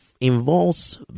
involves